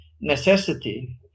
necessity